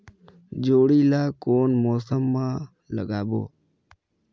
जोणी ला कोन मौसम मा लगाबो?